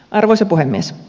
arvoisa puhemies